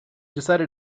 decided